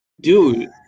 dude